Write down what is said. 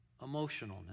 emotionalness